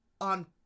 on